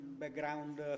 background